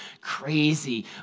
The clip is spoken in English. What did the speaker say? crazy